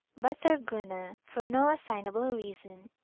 but thorgunna, for no assignable reason,